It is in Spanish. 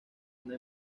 una